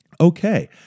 Okay